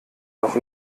doch